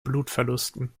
blutverlusten